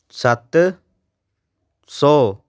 ਸੱਤ ਸੌ